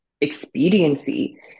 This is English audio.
expediency